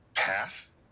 path